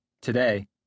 Today